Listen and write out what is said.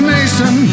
Mason